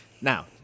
Now